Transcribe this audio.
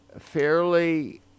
fairly